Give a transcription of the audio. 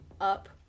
up